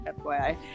FYI